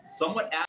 somewhat